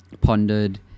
pondered